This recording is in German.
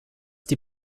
die